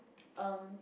Ng